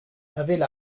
avaient